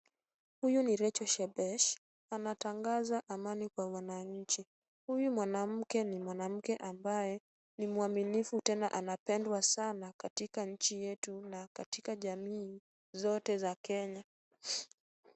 Huyu ni Rachel Shebesh anatangaza amani kwa wananchi. Huyu mwanamke ni mwanamke ambaye, ni mwaminifu tena anapendwa sana katika nchi yetu na katika jamii zote za Kenya.